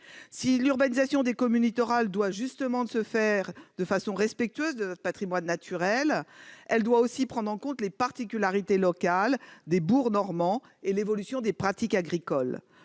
Si l'urbanisation des communes littorales doit se faire dans le respect de notre patrimoine naturel, elle doit aussi prendre en compte les particularités locales des bourgs normands et l'évolution des pratiques agricoles.